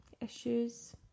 issues